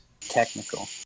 technical